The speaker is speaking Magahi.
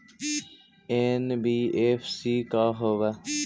एन.बी.एफ.सी का होब?